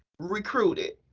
recruited,